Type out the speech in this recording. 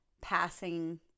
passing